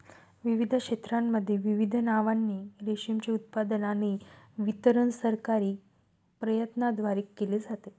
विविध क्षेत्रांमध्ये विविध नावांनी रेशीमचे उत्पादन आणि वितरण सरकारी प्रयत्नांद्वारे केले जाते